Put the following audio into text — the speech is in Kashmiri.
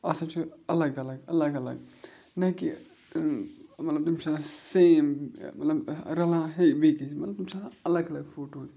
آسان چھُ الگ الگ الگ الگ نہ کہِ مطلب تِم چھِ آسان سیم مطلب رَلان ہے بیٚیہِ تِم چھِ آسان الگ الگ فوٹوز